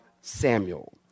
Samuel